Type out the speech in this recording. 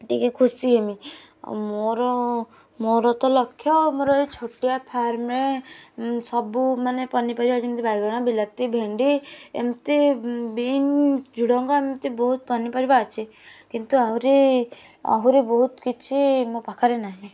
ଟିକେ ଖୁସିହେମି ଆଉ ମୋର ମୋର ତ ଲକ୍ଷ୍ୟ ମୋର ଏଇ ଛୋଟିଆ ଫାର୍ମରେ ସବୁ ମାନେ ପନିପରିବା ଯେମିତି ବାଇଗଣ ବିଲାତି ଭେଣ୍ଡି ଏମିତି ବିନ୍ ଝୁଡ଼ଙ୍ଗ ଏମିତି ବହୁତ ପନିପରିବା ଅଛି କିନ୍ତୁ ଆହୁରି ଆହୁରି ବହୁତ କିଛି ମୋ ପାଖରେ ନାହିଁ